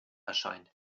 erscheint